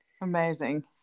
Amazing